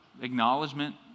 acknowledgement